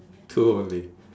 two only